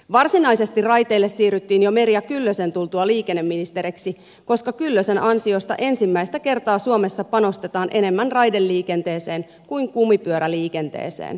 varsinaisesti raiteille siirryttiin jo merja kyllösen tultua liikenneministeriksi koska kyllösen ansiosta ensimmäistä kertaa suomessa panostetaan enemmän raideliikenteeseen kuin kumipyöräliikenteeseen